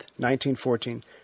1914